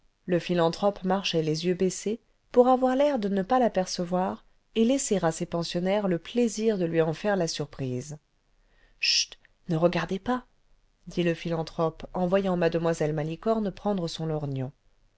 le philanthrope marchait les yeux baissés pour avoir l'air de ne pas l'apercevoir et laisser à ses pensionnaires le plaisir de lui en faire la surprise ce chut ne regardez pas dit le philanthrope en voyant muo malicorne prendre son lorgnon